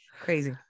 Crazy